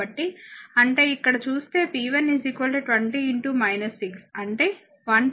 కాబట్టి అంటే ఇక్కడ చూస్తే p1 20 6 అంటే 120 వాట్